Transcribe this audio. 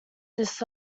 this